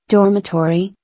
Dormitory